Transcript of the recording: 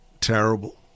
terrible